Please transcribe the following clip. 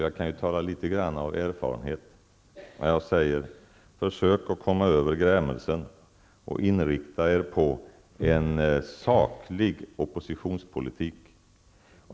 Jag kan därför tala litet grand av erfarenhet när jag säger: Försök att komma över grämelsen, och inrikta er på en saklig oppositionspolitik!